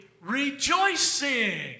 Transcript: rejoicing